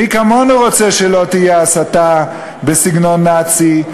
מי כמוני רוצה שלא תהיה הסתה בסגנון נאצי,